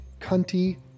cunty